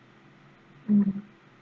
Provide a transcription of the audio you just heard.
mm